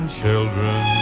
children